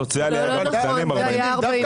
הסוציאלי היה 40 אחוזים.